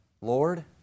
Lord